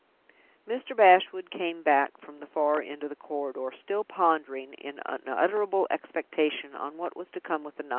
mr. bashwood came back from the far end of the corridor still pondering, in unutterable expectation, on what was to come with the night.